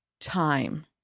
time